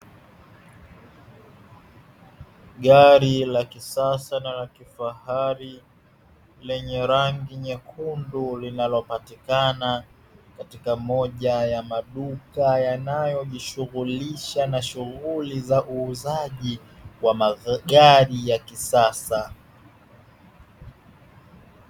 Gari la kisasa na la kifahari lenye rangi nyekundu linalopatikana katika moja ya maduka yanayojishughulisha na shughuli za uuzaji wa magari ya kisasa.